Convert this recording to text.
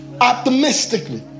optimistically